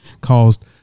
caused